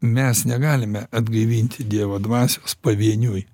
mes negalime atgaivinti dievo dvasios pavieniui